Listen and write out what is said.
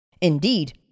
Indeed